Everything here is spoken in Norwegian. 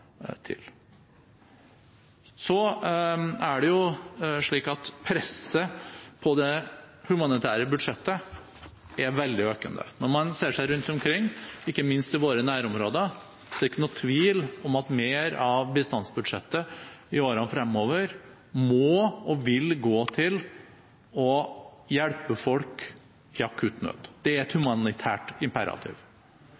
Presset på det humanitære budsjettet er veldig økende. Når man ser seg rundt omkring, ikke minst i våre nærområder, er det ikke noen tvil om at mer av bistandsbudsjettet i årene fremover må og vil gå til å hjelpe folk i akutt nød. Det er et